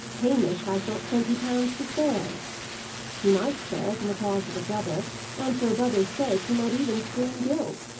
hamish has not twenty pounds to spare he might spare it in the cause of a brother and for a brother's sake he might even screen guilt,